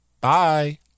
Bye